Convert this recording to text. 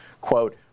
quote